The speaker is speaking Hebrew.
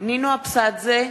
נינו אבסדזה,